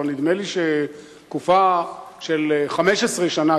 אבל נדמה לי שתקופה של 15 שנה,